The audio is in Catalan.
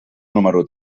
número